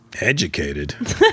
Educated